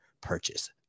purchase